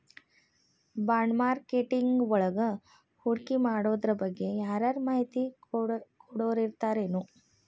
ಬಾಂಡ್ಮಾರ್ಕೆಟಿಂಗ್ವಳಗ ಹೂಡ್ಕಿಮಾಡೊದ್ರಬಗ್ಗೆ ಯಾರರ ಮಾಹಿತಿ ಕೊಡೊರಿರ್ತಾರೆನು?